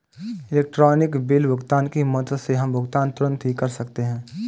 electronic bill भुगतान की मदद से हम भुगतान तुरंत ही कर सकते हैं